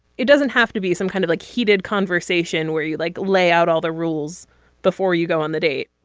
it doesn't have to be some kind of like heated conversation where you like lay out all the rules before you go on the date